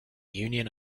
union